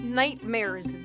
nightmares